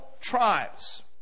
tribes